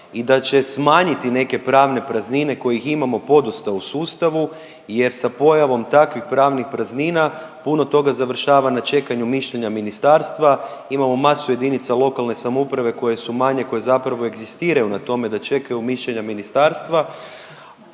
i da će smanjiti neke pravne praznine kojih imamo podosta u sustavu jer sa pojavom takvih pravnih praznina puno toga završava na čekanju mišljenja ministarstva. Imamo masu jedinica lokalne samouprave koje su manje, koje zapravo egzistiraju na tome da čekaju mišljenja ministarstva